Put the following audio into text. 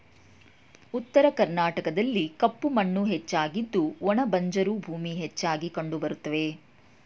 ಉತ್ತರ ಕರ್ನಾಟಕದಲ್ಲಿ ಕಪ್ಪು ಮಣ್ಣು ಹೆಚ್ಚಾಗಿದ್ದು ಒಣ ಬಂಜರು ಭೂಮಿ ಹೆಚ್ಚಾಗಿ ಕಂಡುಬರುತ್ತವೆ